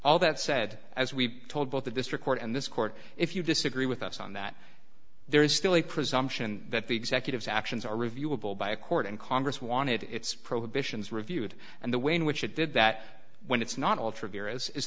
all that said as we told both the district court and this court if you disagree with us on that there is still a presumption that the executives actions are reviewable by a court and congress wanted its prohibitions reviewed and the way in which it did that when it's not altered here as is